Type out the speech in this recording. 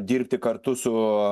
dirbti kartu su